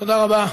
תודה רבה.